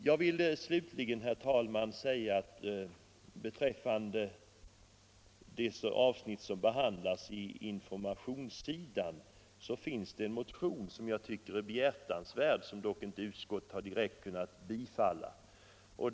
Jag vill slutligen, herr talman, säga att i det avsnitt som gäller informationssidan behandlas en motion som jag tycker är behjärtansvärd men som dock icke utskottet direkt har kunnat bifalla.